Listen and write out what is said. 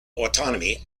autonomy